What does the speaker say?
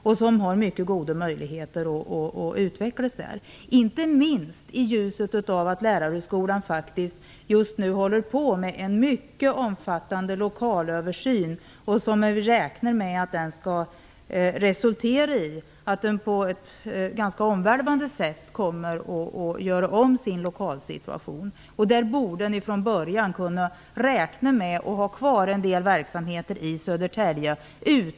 Den verksamheten har mycket goda möjligheter att utvecklas där. Lärarhögskolan håller just nu på med en mycket omfattande lokalöversyn. Man räknar med att den skall resultera i att man på ett ganska omvälvande sätt kommer att förändra sin lokalsituation. Därför borde man från början kunna räkna med att ha kvar en del verksamheter i Södertälje.